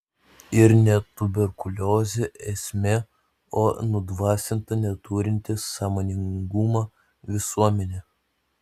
ir ne tuberkuliozė esmė o nudvasinta neturinti sąmoningumo visuomenė